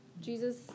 Jesus